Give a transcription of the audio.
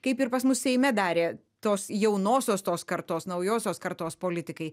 kaip ir pas mus seime darė tos jaunosios tos kartos naujosios kartos politikai